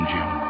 Jim